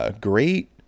Great